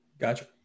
Gotcha